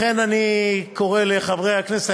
לכן אני קורא לחברי הכנסת,